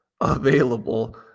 available